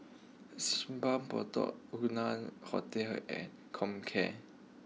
Simpang Bedok Hotel and Comcare